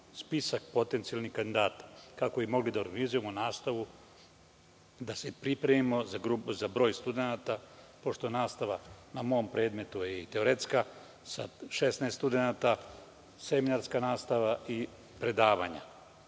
spisak potencijalnih kandidata kako bi mogli da organizujemo nastavu, da se pripremimo za broj studenata, pošto je nastava na mom predmetu i teoretska sa 16 studenata, seminarska nastava i predavanja.